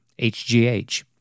HGH